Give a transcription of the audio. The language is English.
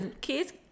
kids